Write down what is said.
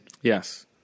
Yes